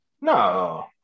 No